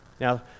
now